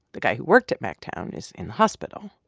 the guy who worked at mactown, is in the hospital.